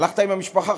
הלכת עם המשפחה,